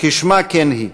כשמה כן היא: